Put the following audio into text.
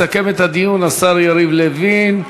יסכם את הדיון השר יריב לוין.